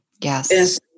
Yes